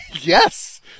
Yes